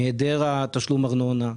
מהיעדר תשלום ארנונה,